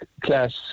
class